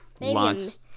Lots